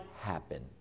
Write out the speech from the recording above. happen